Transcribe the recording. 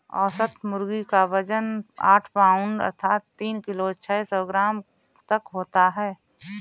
औसत मुर्गी क वजन आठ पाउण्ड अर्थात तीन किलो छः सौ ग्राम तक होता है